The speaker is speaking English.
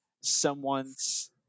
someone's